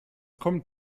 kommt